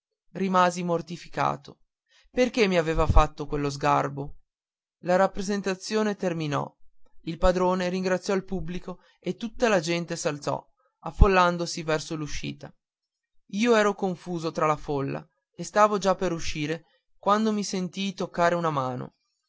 rimasi mortificato perché m'aveva fatto quello sgarbo la rappresentazione terminò il padrone ringraziò il pubblico e tutta la gente s'alzò affollandosi verso l'uscita io ero confuso tra la folla e stavo già per uscire quando mi sentii toccare una mano